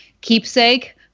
keepsake